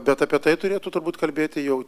bet apie tai turėtų turbūt kalbėti jau